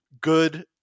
good